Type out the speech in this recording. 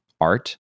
art